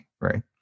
right